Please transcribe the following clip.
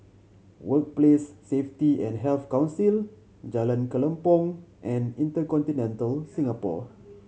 Workplace Safety and Health Council Jalan Kelempong and InterContinental Singapore